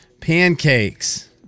Pancakes